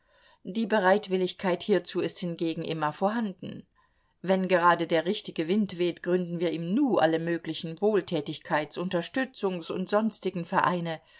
die bereitwilligkeit hierzu ist hingegen immer vorhanden wenn gerade der richtige wind weht gründen wir im nu alle möglichen wohltätigkeits unterstützungs und sonstigen vereine